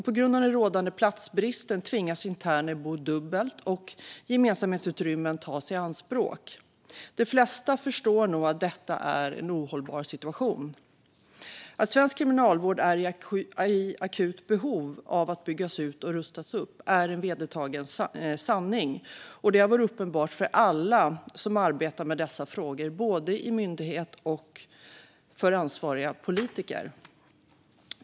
På grund av den rådande platsbristen tvingas interner bo dubbelt, och gemensamhetsutrymmen tas i anspråk. De flesta förstår nog att detta är en ohållbar situation. Att svensk kriminalvård är i akut behov av att byggas ut och rustas upp är en vedertagen sanning. Det har varit uppenbart för alla som arbetar med dessa frågor, både myndigheter och ansvariga politiker.